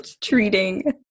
treating